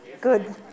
good